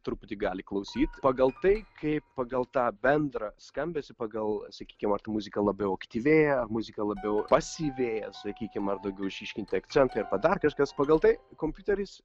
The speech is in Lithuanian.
truputį gali klausyt pagal tai kaip pagal tą bendrą skambesį pagal sakykim ar ta muzika labiau aktyvėja muzika labiau pasyvėja sakykim ar daugiau išryškinti akcentai arba dar kažkas pagal tai kompiuteris